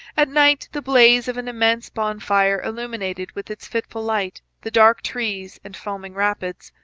at night the blaze of an immense bonfire illuminated with its fitful light the dark trees and foaming rapids.